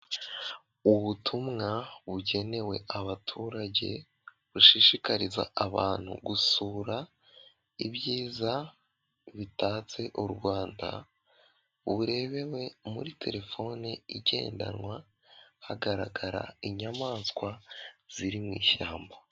Ubutumwa bugenewe abaturage bushishikariza abantu gusura ibyiza bitatse u Rwanda burebewe muri terefoni igendanwa hagaragara inyamaswa ziri mu ishyamba.